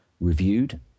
reviewed